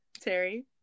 Terry